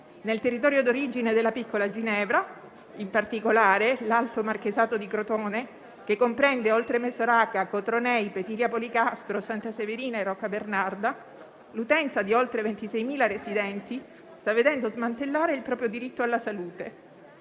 Nel territorio d'origine della piccola Ginevra in particolare, l'Alto Marchesato di Crotone, che comprende, oltre Mesoraca, Cotronei, Petilia Policastro, Santa Severina e Roccabernarda, l'utenza di oltre 26.000 residenti sta vedendo smantellare il proprio diritto alla salute.